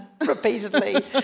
repeatedly